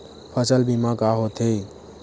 फसल बीमा का होथे?